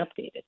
updated